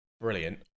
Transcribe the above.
brilliant